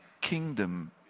kingdom